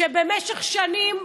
שבמשך שנים,